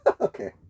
Okay